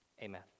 Amen